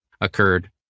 occurred